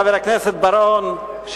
חבר הכנסת בר-און,